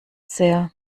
sehr